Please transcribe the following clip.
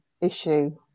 issue